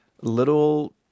little